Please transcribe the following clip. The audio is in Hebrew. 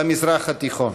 במזרח התיכון,